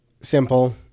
simple